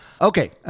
Okay